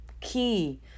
key